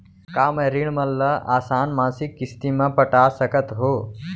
का मैं ऋण मन ल आसान मासिक किस्ती म पटा सकत हो?